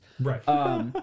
Right